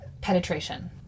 penetration